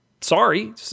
Sorry